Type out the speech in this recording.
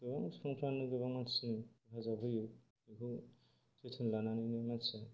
गोबां सुबंफ्रानो गोबां मानसिनो हेफाजाब होयो बेखौ जोथोन लानानैनो मानसिया